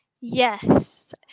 Yes